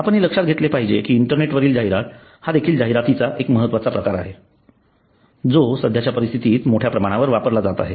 आपण हे लक्षात घेतले पाहिजे की इंटरनेट वरील जाहिरात हा देखील जाहिरातींचा एक महत्त्वाचा प्रकार आहे जो सध्याच्या परिस्थितीत मोठ्या प्रमाणावर वापरला जात आहे